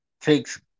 takes